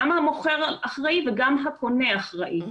גם המוכר אחראי וגם הקונה אחראי,